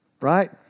Right